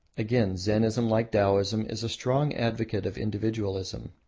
again, zennism, like taoism, is a strong advocate of individualism.